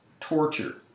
torture